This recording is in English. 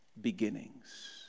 Beginnings